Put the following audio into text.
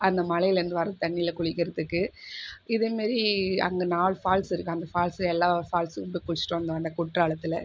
அந்த மலையிலேருந்து வர தண்ணியில குளிக்கறதுக்கு இதே மேரி அங்கே நாலு ஃபால்ஸு இருக்கு அந்த ஃபால்ஸுல எல்லா ஃபால்ஸுலயும் போய் குளிச்சிவிட்டு வந்தோம் அந்த குற்றாலத்தில்